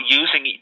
using